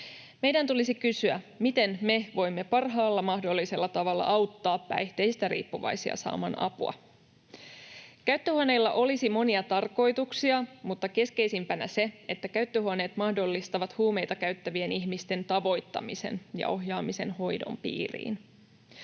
Meidän tulisi kysyä: miten me voimme parhaalla mahdollisella tavalla auttaa päihteistä riippuvaisia saamaan apua? Käyttöhuoneilla olisi monia tarkoituksia, mutta keskeisimpänä on se, että käyttöhuoneet mahdollistavat huumeita käyttävien ihmisten tavoittamisen ja ohjaamisen hoidon piiriin.